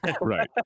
Right